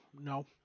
no